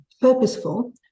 Purposeful